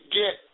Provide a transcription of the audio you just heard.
get